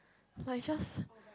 like just